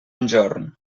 enjorn